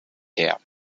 her